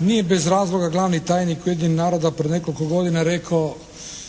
nije bez razlog glavni tajnik Ujedinjenih naroda prije nekoliko godina rekao